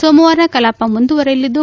ಸೋಮವಾರ ಕಲಾಪ ಮುಂದುವರಿಯಲಿದ್ದು